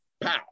pow